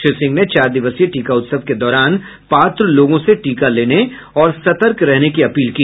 श्री सिंह ने चार दिवसीय टीका उत्सव के दौरान पात्र लोगों से टीका लेने और सतर्क रहने की अपील की